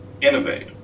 innovate